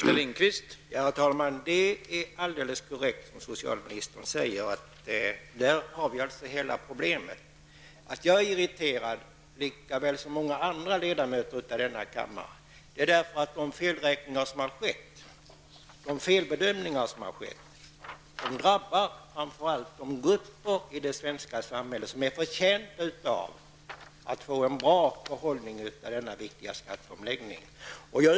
Herr talman! Det som socialministern sade är alldeles korrekt. Där har vi hela problemet. Jag är irriterad, lika väl som andra ledamöter av denna kammare, beroende på att de felberäkningar och felbedömningar som har gjorts drabbar framför allt de grupper i det svenska samhället som är förtjänta av att få en bra behållning i denna viktiga skatteomläggning.